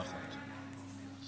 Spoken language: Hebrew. אתה